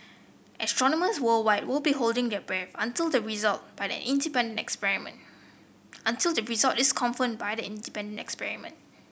astronomers worldwide will be holding their breath until the result by an independent experiment until the result this confirmed by the independent experiment